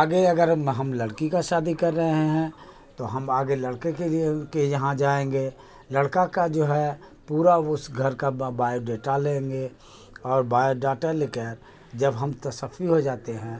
آگے اگر ہم لڑکی کا شادی کر رہے ہیں تو ہم آگے لڑکے کے لیے کے یہاں جائیں گے لڑکا کا جو ہے پورا اس گھر کا بایو ڈیٹا لیں گے اور بایو ڈاٹا لے کر جب ہم تشفی ہو جاتے ہیں